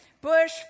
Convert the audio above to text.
Bush